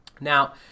now